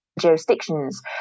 jurisdictions